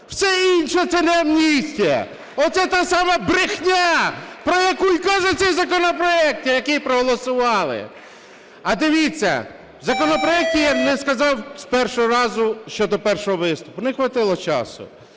Все інше це не амністія – оце та сама брехня, про яку і каже цей законопроект, який проголосували! А дивіться, в законопроекті, я не сказав з першого разу, щодо першого виступу, не хватило часу.